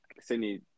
Sydney